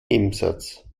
nebensatz